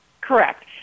Correct